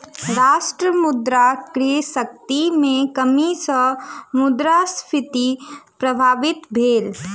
राष्ट्र मुद्रा क्रय शक्ति में कमी सॅ मुद्रास्फीति प्रभावित भेल